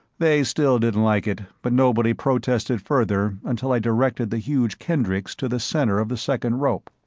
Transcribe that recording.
they still didn't like it, but nobody protested further until i directed the huge kendricks to the center of the second rope.